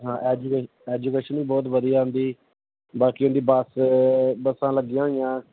ਹਾਂ education education ਵੀ ਬਹੁਤ ਵਧੀਆ ਉਹਨਾਂ ਦੀ ਬਾਕੀ ਉਹਨਾਂ ਦੀ ਬੱਸ ਬੱਸਾਂ ਲੱਗੀਆਂ ਹੋਈਆਂ